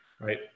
Right